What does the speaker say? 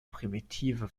primitive